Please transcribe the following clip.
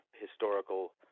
historical